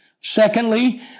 Secondly